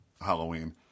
Halloween